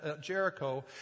Jericho